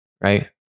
Right